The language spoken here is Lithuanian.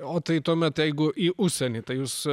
o tai tuomet jeigu į užsienį tai jūs